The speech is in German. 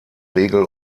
regel